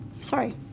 sorry